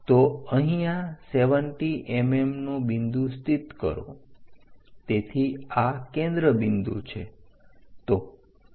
તો અહીંયા 70 mm નો બિંદુ સ્થિત કરો તેથી આ કેન્દ્ર બિંદુ છે